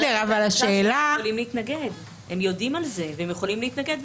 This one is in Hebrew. הם יודעים על זה והם יכולים להתנגד.